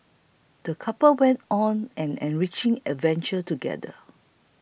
the couple went on an enriching adventure together